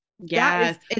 yes